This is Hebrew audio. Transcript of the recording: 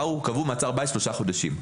קבעו מעצר בית לשלושה חודשים,